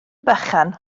bychan